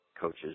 coaches